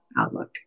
outlook